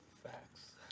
Facts